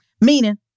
Meaning